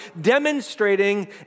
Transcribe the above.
demonstrating